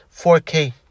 4K